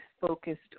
focused